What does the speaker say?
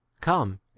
come